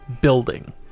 building